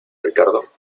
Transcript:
ricardo